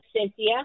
Cynthia